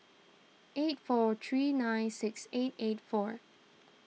eight four three nine six eight eight four